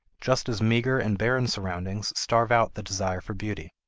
just as meager and barren surroundings starve out the desire for beauty.